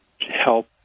help